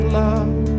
love